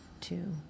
two